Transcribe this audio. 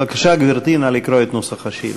בבקשה, גברתי, נא לקרוא את נוסח השאילתה.